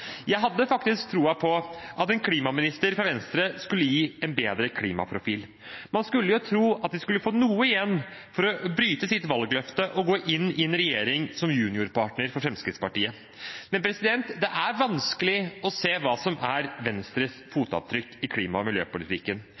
Jeg hadde faktisk troen på at en klimaminister fra Venstre skulle gi en bedre klimaprofil. Man skulle tro at de skulle få noe igjen for å bryte sitt valgløfte og gå inn i en regjering som juniorpartner for Fremskrittspartiet. Det er vanskelig å se hva som er Venstres fotavtrykk i klima- og miljøpolitikken.